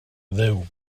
dduw